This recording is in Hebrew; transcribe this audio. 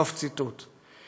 סוף ציטוט.